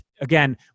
Again